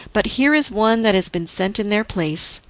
but here is one that has been sent in their place.